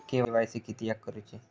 KYC किदयाक करूची?